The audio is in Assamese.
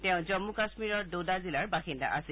তেওঁ জম্মু কাশ্মীৰৰ ডোডা জিলাৰ বাসিন্দা আছিল